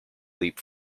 leap